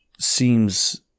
seems